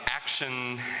action